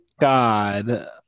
God